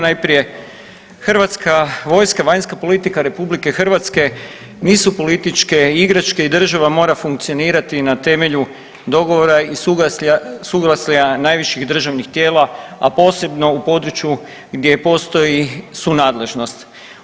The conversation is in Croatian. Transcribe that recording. Najprije, Hrvatska vojska, vanjska politika RH nisu političke igračke i država mora funkcionirati na temelju dogovora i suglasja najviših državnih tijela, a posebno u području gdje postoji sunadležnost.